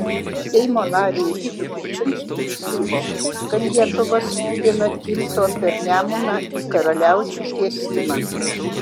seimo nariui rytui kupčinskui užkliuvo kad lietuva skubina tilto per nemuną į karaliaučių tiesimą